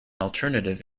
alternative